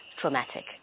traumatic